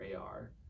AR